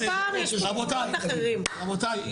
רבותיי,